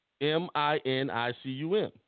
M-I-N-I-C-U-M